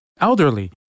elderly